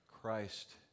Christ